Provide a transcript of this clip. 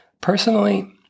Personally